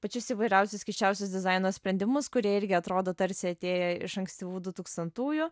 pačius įvairiausius keisčiausius dizaino sprendimus kurie irgi atrodo tarsi atėję iš ankstyvų du tūkstantųjų